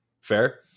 Fair